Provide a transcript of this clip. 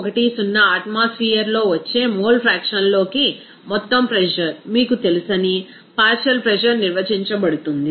210 atmosphere లో వచ్చే mole fraction లోకి మొత్తం ప్రెజర్ మీకు తెలుసని పార్షియల్ ప్రెజర్ నిర్వచించబడుతుంది